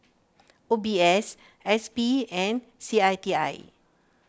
O B S S P and C I T I